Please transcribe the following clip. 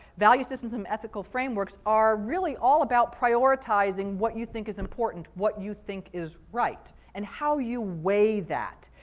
value systems and ethical frameworks are really all about prioritizing what you think is important, what you think is right, and how you weigh that,